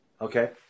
Okay